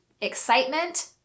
excitement